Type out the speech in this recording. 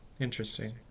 Interesting